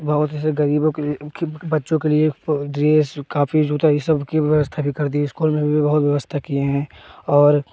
बहुत जैसे गरीबों के लिए उनके बच्चों के लिए प ड्रेस कापी जूता यह सब की व्यवस्था भी कर दी स्कूल में भी बहुत व्यवस्था किए हैं और